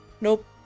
nope